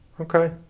Okay